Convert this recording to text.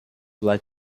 led